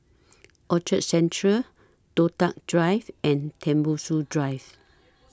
Orchard Central Toh Tuck Drive and Tembusu Drive